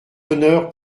honneur